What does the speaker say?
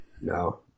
no